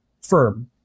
firm